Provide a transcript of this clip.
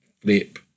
flip